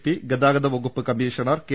P ഗതാഗതവകുപ്പ് commissioner K